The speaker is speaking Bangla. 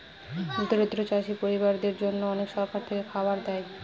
দরিদ্র চাষী পরিবারদের জন্যে সরকার থেকে খাবার দেয়